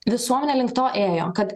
visuomenė link to ėjo kad